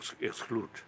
Exclude